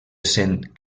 essent